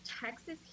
Texas